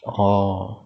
orh